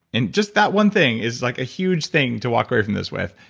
and just that one thing is like a huge thing to walk away from this with.